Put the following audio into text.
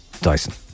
Dyson